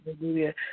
Hallelujah